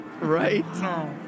right